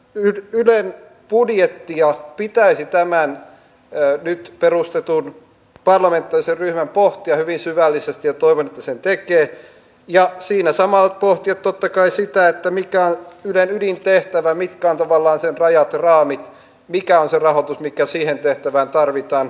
ylen budjettia pitäisi tämän nyt perustetun parlamentaarisen ryhmän pohtia hyvin syvällisesti toivon että se sen tekee ja siinä samalla pohtia totta kai sitä mikä on ylen ydintehtävä mitkä ovat tavallaan sen rajat ja raamit mikä on se rahoitus mikä siihen tehtävään tarvitaan